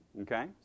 Okay